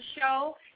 show